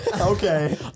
okay